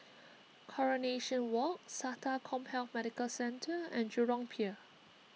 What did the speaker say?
Coronation Walk Sata CommHealth Medical Centre and Jurong Pier